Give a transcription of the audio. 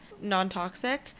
non-toxic